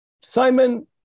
Simon